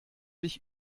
dich